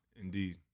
Indeed